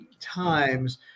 times